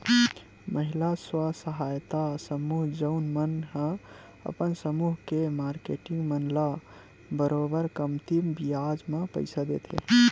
महिला स्व सहायता समूह जउन मन ह अपन समूह के मारकेटिंग मन ल बरोबर कमती बियाज म पइसा देथे